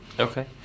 Okay